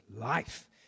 life